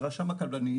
לרשם הקבלנים,